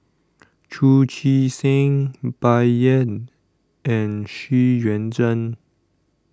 Chu Chee Seng Bai Yan and Xu Yuan Zhen